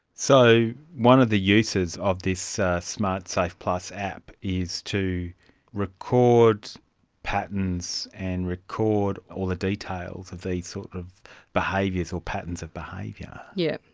so one of the uses of this smartsafe plus app is to record patterns and record all the details of these sort of behaviours or patterns of behaviour. yeah yeah